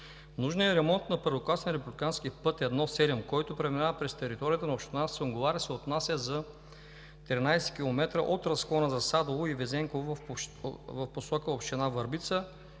Нужният ремонт на първокласен републикански път 1-7, който преминава през територията на община Сунгурларе, се отнася за 13 км от разклона за Садово и Везенково в посока община Върбица.